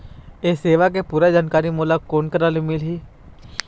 ये सेवा के पूरा जानकारी मोला कोन करा से मिलही?